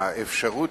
האפשרות